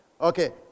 Okay